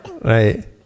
Right